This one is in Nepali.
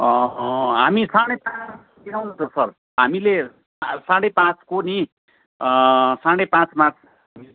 हामी खाने त ल्याउँ न त फल हामीले साढे पाँचको नि साढे पाँचमा